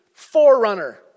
Forerunner